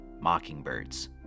mockingbirds